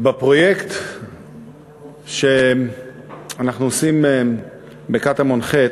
בפרויקט שאנחנו עושים בקטמון ח'